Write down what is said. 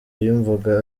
yumvaga